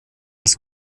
das